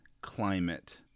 climate